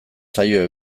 zaio